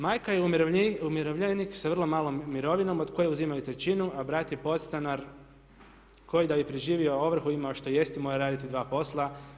Majka je umirovljenik sa vrlo malom mirovinom od koje uzimaju trećinu a brat je podstanar koji da bi preživio ovrhu i imao što jesti mora raditi 2 posla.